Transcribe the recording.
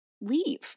leave